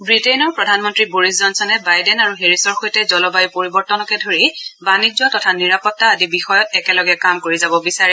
ব্বটেইনৰ প্ৰধানমন্ত্ৰী বৰিচ জনচনে বাইডেন আৰু হেৰিচৰ সৈতে জলবায়ু পৰিৱৰ্তনকে ধৰি বাণিজ্য তথা নিৰাপত্তা আদি বিষয়ত একেলগে কাম কৰি যাব বিচাৰে